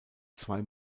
zwei